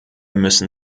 müssen